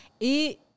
Et